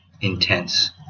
intense